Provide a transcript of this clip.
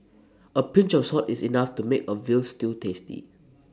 A pinch of salt is enough to make A Veal Stew tasty